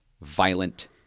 violent